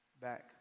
back